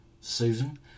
Susan